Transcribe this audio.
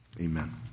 Amen